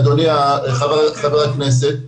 אדוני חבר הכנסת,